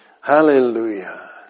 Hallelujah